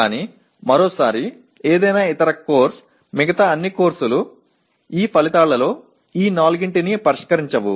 ஆனால் மீண்டும் வேறு எந்தப் பாடமும் மற்ற எல்லா பாடங்களும் பெரும்பாலும் இந்த நான்கையும் நிவர்த்தி செய்யாது